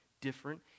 different